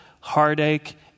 heartache